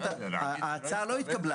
ההצעה לא התקבלה